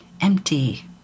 empty